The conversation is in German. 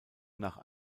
nach